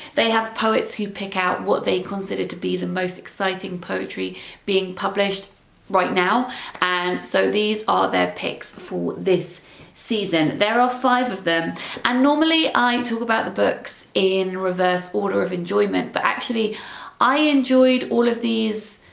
they have poets who pick out what they consider to be the most exciting poetry being published right now and so these are their picks for this season. there are five of them and normally i um talk about the books in reverse order of enjoyment but actually i enjoyed all of these,